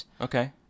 Okay